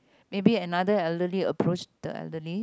maybe another elderly approach the elderly